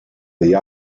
the